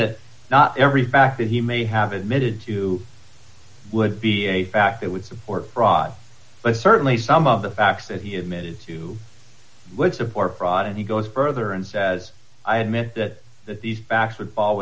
that not every fact that he may have admitted to would be a fact that would support fraud but certainly some of the facts that he admitted to would support fraud and he goes further and says i admit that that these